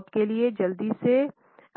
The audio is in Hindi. बॉब के लिए जल्दी से